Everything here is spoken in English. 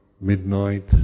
midnight